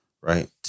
right